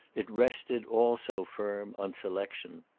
it rested, all so firm, on selection.